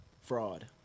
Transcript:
Fraud